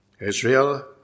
Israel